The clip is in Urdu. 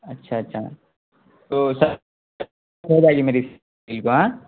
اچھا اچھا